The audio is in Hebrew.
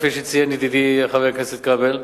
כפי שציין ידידי חבר הכנסת כבל,